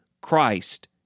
Christ